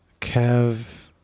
Kev